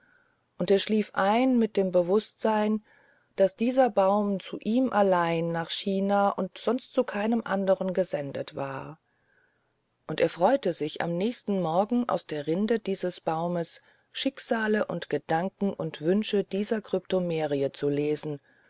und er schlief ein mit dem bewußtsein daß dieser baum zu ihm allein nach china und sonst zu keinem andern gesendet war und er freute sich am nächsten morgen aus der rinde dieses baumes schicksale und gedanken und wünsche dieser kryptomerie zu lesen